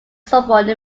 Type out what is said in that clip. sorbonne